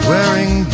Wearing